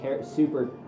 super